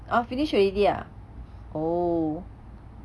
uh finish already ah oh